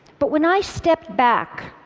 but when i stepped back,